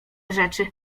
rzeczy